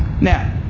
now